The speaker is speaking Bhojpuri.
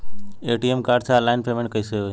ए.टी.एम कार्ड से ऑनलाइन पेमेंट कैसे होई?